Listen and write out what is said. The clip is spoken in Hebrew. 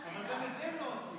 אבל גם את זה הם לא עושים.